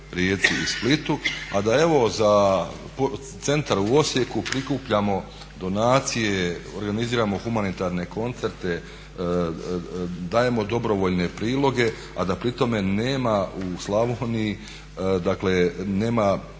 Rijeci i Splitu, a da za evo Centar u Osijeku prikupljamo donacije, organiziramo humanitarne koncerte, dajemo dobrovoljne priloge a da pri tome nema u Slavoniji nekakvog